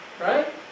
Right